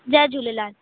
Jay Jhulelal